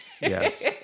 Yes